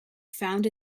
found